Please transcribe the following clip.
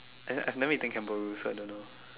I have I have never eaten kangaroo so I don't know